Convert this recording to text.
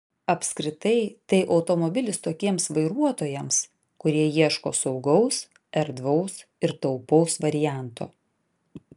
apskritai tai automobilis tokiems vairuotojams kurie ieško saugaus erdvaus ir taupaus varianto